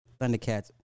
Thundercats